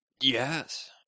Yes